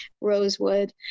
rosewood